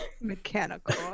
Mechanical